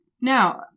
Now